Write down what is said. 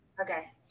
Okay